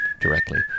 directly